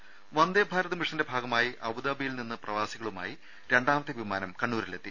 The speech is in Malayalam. രുമ വന്ദേഭാരത് മിഷന്റെ ഭാഗമായി അബുദാബിയിൽ നിന്ന് പ്രവാസികളുമായി രണ്ടാമത്തെ വിമാനം കണ്ണൂരിൽ എത്തി